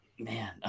Man